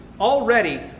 Already